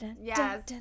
Yes